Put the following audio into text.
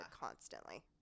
constantly